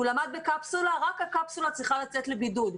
רק הקפסולה צריכה לצאת לבידוד.